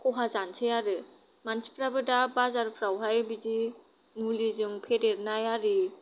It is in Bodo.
खहा जानसै आरो मानसिफ्राबो दा बाजारफ्रावहाय बिदि मुलिजों फेदेरनाय आरि